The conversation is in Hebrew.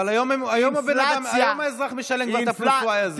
אבל היום האזרח משלם כבר את ה-y+ הזה,